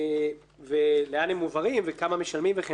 לאן הן מועברים וכמה משלמים וכן הלאה.